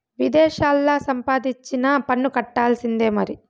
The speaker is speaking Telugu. విదేశాల్లా సంపాదించినా పన్ను కట్టాల్సిందే మరి